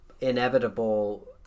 inevitable